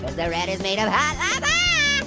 the red is made of hot lava!